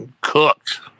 Cooked